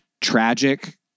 tragic